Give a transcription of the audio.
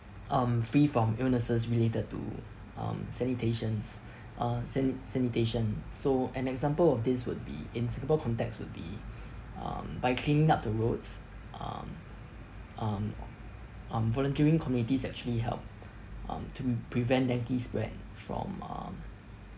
um free from illnesses related to um sanitations uh sani~ sanitation so an example of this would be in singapore context would be um by cleaning up the roads um um um volunteering communities actually help um to prevent dengue spread from um